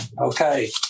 Okay